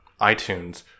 iTunes